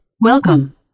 Welcome